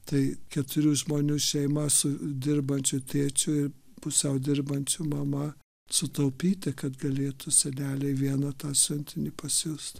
tai keturių žmonių šeima su dirbančiu tėčiu ir pusiau dirbančia mama sutaupyti kad galėtų senelei vieną tą siuntinį pasiųst